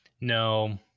no